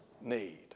need